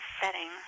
setting